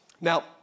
Now